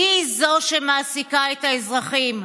והיא זו שמעסיקה את האזרחים,